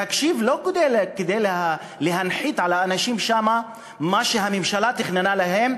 להקשיב לא כדי להנחית על האנשים שם מה שהממשלה תכננה להם,